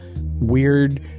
Weird